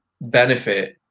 benefit